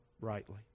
rightly